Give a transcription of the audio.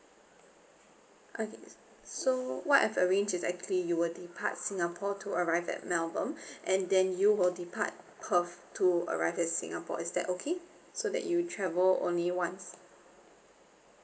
okay so what I've arranged is actually you will depart singapore to arrive at melbourne and then you will depart perth to arrive in singapore is that okay so that you travel only once